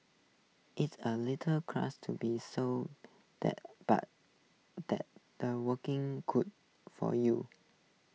it's A little to be so that but that's the working could for you